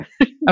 Okay